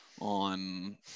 on